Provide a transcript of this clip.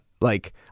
like-